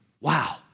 Wow